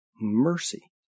mercy